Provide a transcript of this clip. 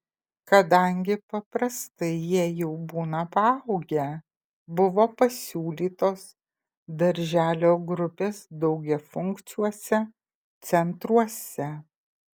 kadangi paprastai jie jau būna paaugę buvo pasiūlytos darželio grupės daugiafunkciuose centruose